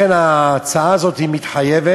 לכן ההצעה הזאת היא מתחייבת,